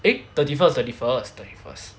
eh thirty first thirty first thirty first